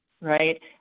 right